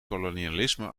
kolonialisme